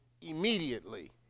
immediately